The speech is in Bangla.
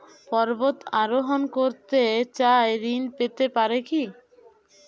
পর্বত আরোহণ করতে চাই ঋণ পেতে পারে কি?